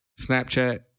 Snapchat